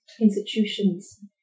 institutions